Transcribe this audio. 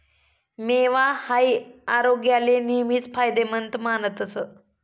मेवा हाई आरोग्याले नेहमीच फायदेमंद मानतस